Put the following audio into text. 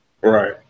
Right